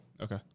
Okay